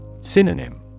Synonym